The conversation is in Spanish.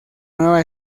nueva